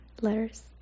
letters